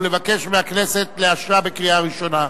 ולבקש מהכנסת לאשרה בקריאה ראשונה.